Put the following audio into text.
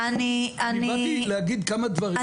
אני באתי להגיד כמה דברים וקוטעים אותי בכל משפט.